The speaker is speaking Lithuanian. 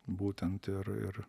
būtent ir ir